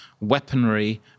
weaponry